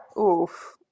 oof